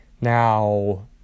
Now